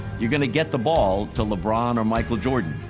you're going to get the ball to lebron or michael jordan.